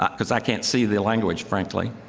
ah because i can't see the language, frankly.